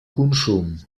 consum